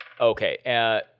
okay